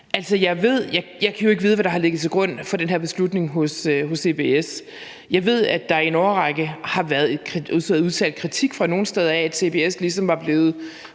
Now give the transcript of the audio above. jeg kan jo ikke vide, hvad der har ligget til grund for den her beslutning hos CBS. Jeg ved, at der i en årrække fra nogle steder er blevet udtalt kritik af, at CBS ligesom var blevet